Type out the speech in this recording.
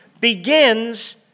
begins